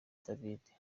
dawidi